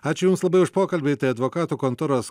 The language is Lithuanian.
ačiū jums labai už pokalbį tai advokatų kontoros